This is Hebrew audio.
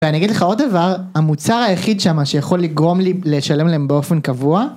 ואני אגיד לך עוד דבר המוצר היחיד שמה שיכול לגרום לי לשלם להם באופן קבוע.